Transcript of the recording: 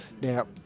Now